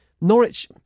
Norwich